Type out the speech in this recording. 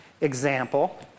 example